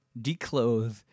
declothe